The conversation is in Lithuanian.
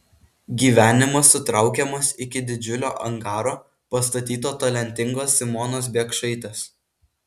gyvenimas sutraukiamas iki didžiulio angaro pastatyto talentingos simonos biekšaitės